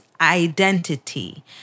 identity